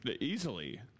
Easily